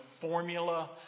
formula